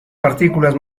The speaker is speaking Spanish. partículas